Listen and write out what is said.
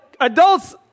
adults